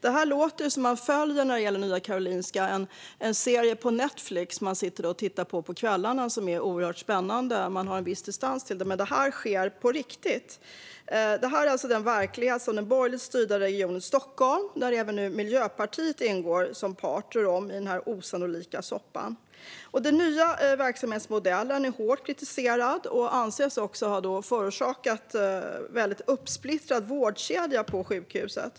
När man följer turerna kring Nya Karolinska känns det som att man sitter och tittar på en serie på Netflix på kvällarna: Det är oerhört spännande, och man har viss distans till det. Men det här sker på riktigt. Detta är alltså verkligheten i det borgerligt styrda Region Stockholm, där nu även Miljöpartiet ingår som part i en osannolik soppa. Den nya verksamhetsmodellen är hårt kritiserad och anses också ha förorsakat en väldigt uppsplittrad vårdkedja på sjukhuset.